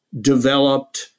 developed